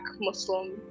Muslim